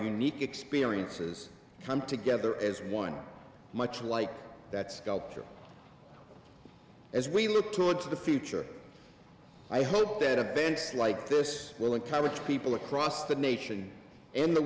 unique experiences come together as one much like that sculpture as we look towards the future i hope that a bands like this will encourage people across the nation and the